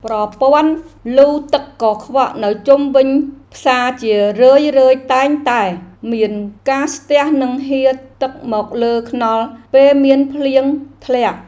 ប្រព័ន្ធលូទឹកកខ្វក់នៅជុំវិញផ្សារជារឿយៗតែងតែមានការស្ទះនិងហៀរទឹកមកលើថ្នល់ពេលមានភ្លៀងធ្លាក់។